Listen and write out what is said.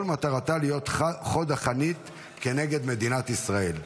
מטרתה להיות חוד החנית כנגד מדינת ישראל.